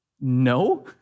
no